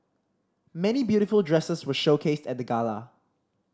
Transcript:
many beautiful dresses were showcased at the gala